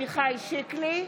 עמיחי שיקלי,